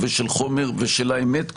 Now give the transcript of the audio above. של חומר ושל האמת,